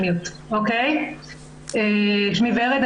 שמי ורד,